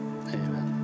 amen